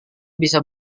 bisa